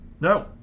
No